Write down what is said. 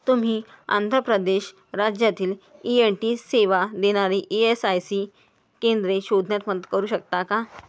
तुम्ही आंध्र प्रदेश राज्यातील E N T सेवा देनारी ई एस आय सी केंद्रे शोधण्यात मदत करू शकता का